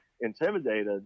intimidated